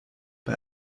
bei